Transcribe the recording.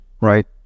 right